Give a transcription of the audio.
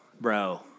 bro